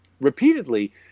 repeatedly